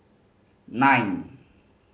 nine